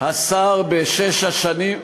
השר בשש השנים,